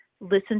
listen